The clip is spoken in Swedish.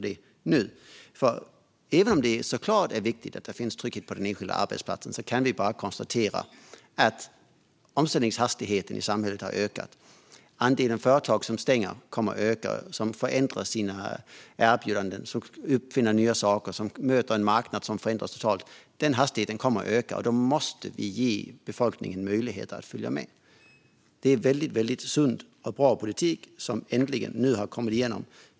Det är såklart viktigt att det finns trygghet på den enskilda arbetsplatsen, men vi kan konstatera att omställningshastigheten i samhället har ökat. Andelen företag som stänger kommer att öka. De förändrar sina erbjudanden. De uppfinner nya saker. De möter en marknad som förändras totalt. Hastigheten kommer att öka, och då måste vi ge befolkningen möjligheter att följa med. Det är en väldigt sund och bra politik som nu äntligen har kommit igenom.